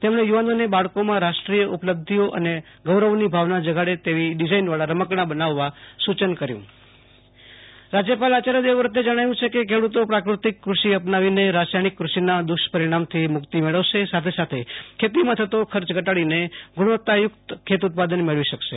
તેમણે યુવાનોને બાળકોમાં રાષ્ટ્રીય ઉપલબ્ધીઓ અને ગૌરવની ભાવના જગાડે તેવી ડિઝાનવાળા રમકડા બનાવવા સુચન કર્યું છે આશુ તોષ અંતાણી રાજયપાલ સજીવ ખેતી રાજ્યપાલ દેવવ્રતે જણાવ્યુ છે કે ખેડુતો પ્રાકૃતિક કૃષિ અપનાવીએ રાસાયણિક કૃષિના દુષ્પરિણામથી મુક્તિ મેળવશે સાથે ખેતીમાં થતો ખર્ચ ઘટાડીને ગુણવત્તાયુક્ત ખેત ઉત્પાદન મેળવી શકશે